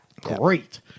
great